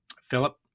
Philip